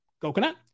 coconut